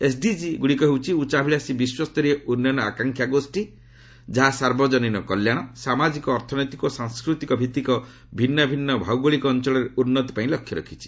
SDG ଗୁଡ଼ିକ ହେଉଛି ଉଚ୍ଚାଭିଳାଷୀ ବିଶ୍ୱସ୍ତରୀୟ ଉନ୍ନୟନ ଆକାଂକ୍ଷା ଗୋଷୀ ଯାହା ସାର୍ବଜନୀନ କଲ୍ୟାଣ ସାମାଜିକ ଅର୍ଥନୈତିକ ଓ ସାଂସ୍କୃତିକ ଭିତ୍ତିକ ଭିନ୍ନଭିନ୍ନ ଭୌଗୋଳିକ ଅଞ୍ଚଳ ଉନ୍ନତି ପାଇଁ ଲକ୍ଷ୍ୟ ରଖିଛି